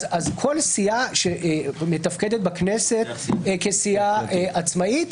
כל סיעה שמתפקדת בכנסת כסיעה עצמאית,